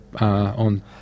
on